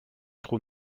trou